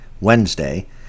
Wednesday